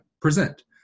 present